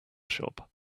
shop